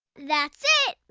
that's it.